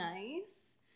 nice